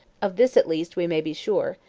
of this at least we may be sure,